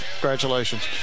Congratulations